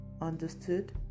Understood